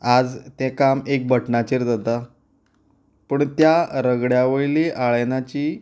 आज तें काम एक बटनाचेर जाता पूण त्या रगड्या वयली आळेणाची